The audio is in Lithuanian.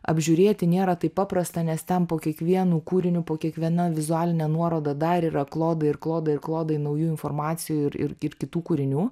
apžiūrėti nėra taip paprasta nes ten po kiekvienu kūriniu po kiekviena vizualine nuoroda dar yra klodai ir klodai ir klodai naujų informacijų ir ir ir kitų kūrinių